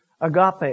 agape